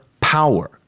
power